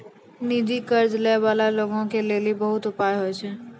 निजी कर्ज लै बाला लोगो के लेली बहुते उपाय होय छै